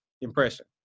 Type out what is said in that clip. impression